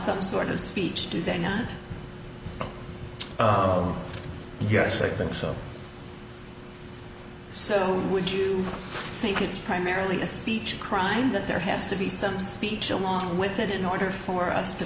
some sort of speech today and yes i think so so would you think it's primarily a speech crime that there has to be some speech along with it in order for us to